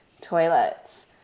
Toilets